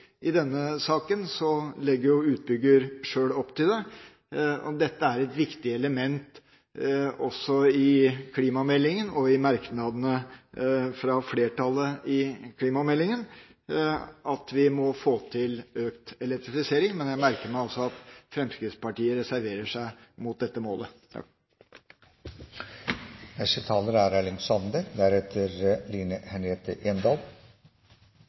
I denne saken legger utbygger sjøl opp til det. Det er et viktig element også i klimameldingen og i merknadene fra flertallet til klimameldingen at vi må få til økt elektrifisering. Men jeg merker meg altså at Fremskrittspartiet reserverer seg mot dette målet. Utbygginga av Martin Linge-feltet er,